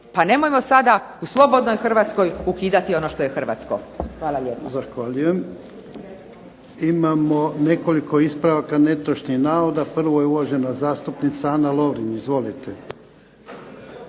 Pa nemojmo sada u slobodnoj Hrvatskoj ukidati ono što je hrvatsko. **Jarnjak,